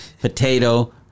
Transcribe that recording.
potato